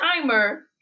timer